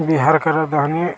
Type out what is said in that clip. बिहार की राजधानी